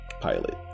pilot